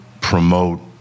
promote